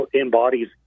embodies